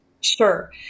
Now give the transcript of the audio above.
Sure